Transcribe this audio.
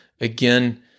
again